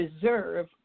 Deserve